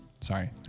sorry